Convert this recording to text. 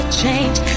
change